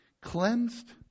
cleansed